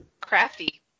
crafty